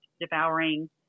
devouring